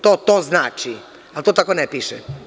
To znači to, ali to tako ne piše.